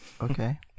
okay